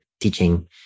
teaching